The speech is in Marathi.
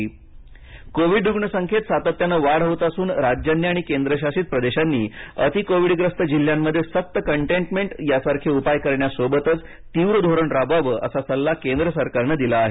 कोविड कोविड रुग्णसंख्येत सातत्याने वाढ होत असून राज्यांनी आणि केंद्रशासित प्रदेशांनी अति कोविडग्रस्त जिल्ह्यांमध्ये सक्त कंटेनमेंट यासारखे उपाय करण्यासोबतच तीव्र धोरण राबवावं असा सल्ला केंद्र सरकारनं दिला आहे